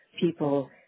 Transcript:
people